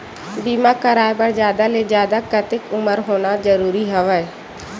बीमा कराय बर जादा ले जादा कतेक उमर होना जरूरी हवय?